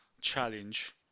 challenge